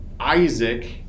isaac